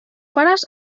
pares